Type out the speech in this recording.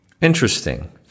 Interesting